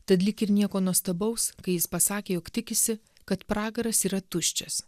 tad lyg ir nieko nuostabaus kai jis pasakė jog tikisi kad pragaras yra tuščias